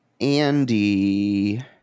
Andy